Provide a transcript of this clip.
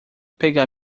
pegar